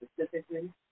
specifically